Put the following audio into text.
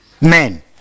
men